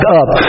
up